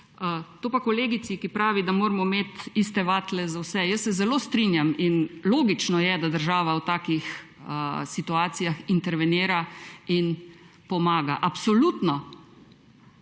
To pa kolegici, ki pravi, da moramo imeti iste vatle za vse: jaz se zelo strinjam in logično je, da država v takih situacijah intervenira in pomaga, absolutno,